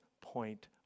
point